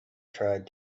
tried